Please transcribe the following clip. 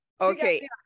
Okay